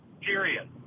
period